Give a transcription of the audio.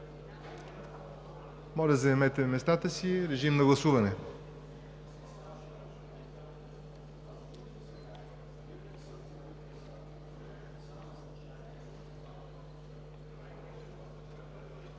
Моля, заемете местата си, режим на гласуване.